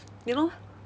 you know